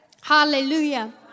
Hallelujah